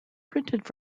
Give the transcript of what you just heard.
printed